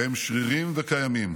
והם שרירים וקיימים: